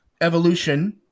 evolution